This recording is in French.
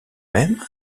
même